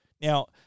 Now